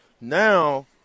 now